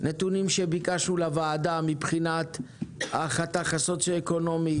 נתונים שביקשנו לוועדה מבחינת החתך הסוציו-אקונומי